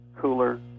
cooler